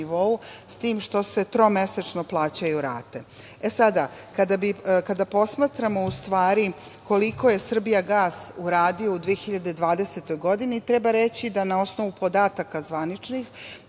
s tim što se tromesečno plaćaju rate. Sada, kada posmatramo koliko je „Srbijagas“ uradio u 2020. godini, treba reći da na osnovu podataka zvaničnih